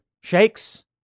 shakes